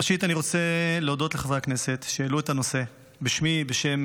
ראשית, אני רוצה להודות לחברי הכנסת, בשמי ובשם